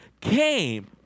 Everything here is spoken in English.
came